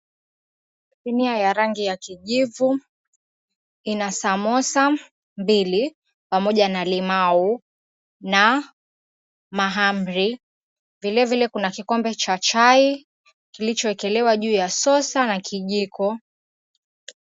Sinia ya rangi ya kijivu ina samosa mbili pamoja na limau na mahamri vile vile kuna kikombe cha chai kilichowekelewa kwenye sosa na kijiko.